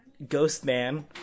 Ghostman